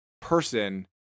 person